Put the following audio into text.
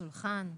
לשולחן.